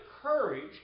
courage